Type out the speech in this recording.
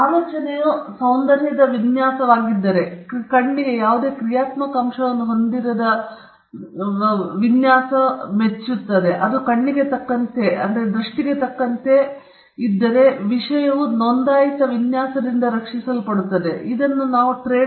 ಆಲೋಚನೆಯು ಸೌಂದರ್ಯದ ವಿನ್ಯಾಸವಾಗಿದ್ದರೆ ಕಣ್ಣಿಗೆ ಯಾವುದೇ ಕ್ರಿಯಾತ್ಮಕ ಅಂಶವನ್ನು ಹೊಂದಿರದ ವಿನ್ಯಾಸವನ್ನು ಅದು ಮೆಚ್ಚಿಸುತ್ತದೆ ಅದು ಕಣ್ಣಿಗೆ ತಕ್ಕಂತೆ ಇದೆ ನಂತರ ವಿಷಯವು ನೋಂದಾಯಿತ ವಿನ್ಯಾಸದಿಂದ ರಕ್ಷಿಸಲ್ಪಡುತ್ತದೆ ಎಂದು ನಾವು ಹೇಳುತ್ತೇವೆ